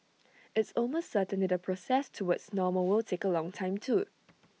it's almost certain that the process towards normal will take A long time too